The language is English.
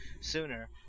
sooner